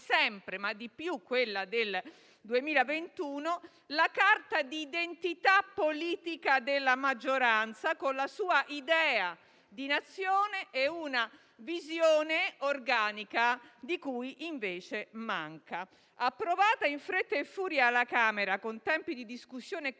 sempre, ma di più quella del 2021 - la carta d'identità politica della maggioranza, con la sua idea di Nazione e una visione organica, di cui invece manca. Approvata in fretta e furia alla Camera, con tempi di discussione